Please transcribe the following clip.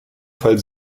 fall